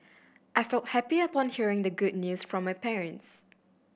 I felt happy upon hearing the good news from my parents